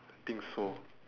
think so